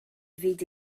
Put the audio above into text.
fyd